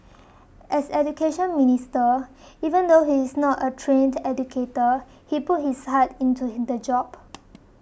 as Education Minister even though he is not a trained educator he put his heart into in the job